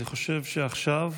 אני חושב שעכשיו,